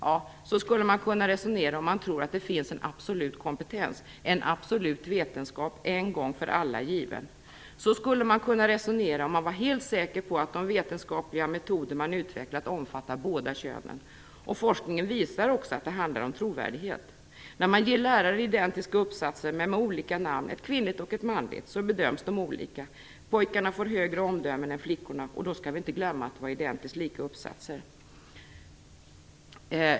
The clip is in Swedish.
Ja, så skulle man kunna resonera om man tror att det finns en absolut kompetens, en absolut vetenskap - en gång för alla given. Så skulle man kunna resonera om man var helt säker på att de vetenskapliga metoder man utvecklat omfattar båda könen. Och forskningen visar också att det handlar om trovärdighet. När man ger lärare identiska uppsatser men med olika namn, ett kvinnligt och ett manligt, så bedöms de olika. Pojkarna får högre omdömen än flickorna - och då skall vi inte glömma att det var identiskt lika uppsatser.